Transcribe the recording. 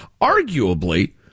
arguably